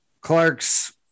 Clark's